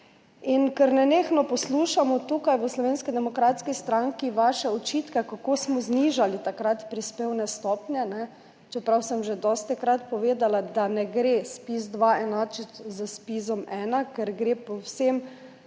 Ker nenehno poslušamo tukaj v Slovenski demokratski stranki vaše očitke, kako smo takrat znižali prispevne stopnje, čeprav sem že dostikrat povedala, da ne gre ZPIZ-2 enačiti z ZPIZ-1, ker gre povsem